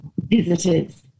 visitors